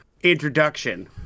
introduction